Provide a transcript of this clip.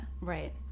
Right